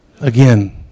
Again